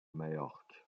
majorque